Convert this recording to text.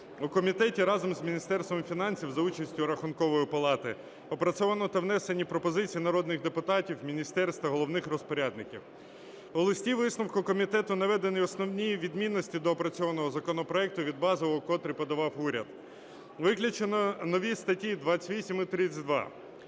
У комітеті разом з Міністерством фінансів за участю Рахункової палати опрацьовано та внесено пропозиції народних депутатів, міністерств та головних розпорядників. У листі-висновку комітету наведені основні відмінності доопрацьованого законопроекту від базового, котрий подавав уряд. Виключено нові статті 28 і 32.